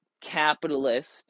capitalist